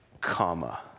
comma